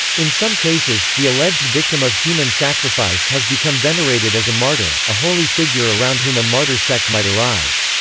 in some cases, the alleged victim of human sacrifice has become venerated as a martyr, a holy figure around whom a martyr sect might arise.